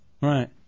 Right